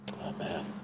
Amen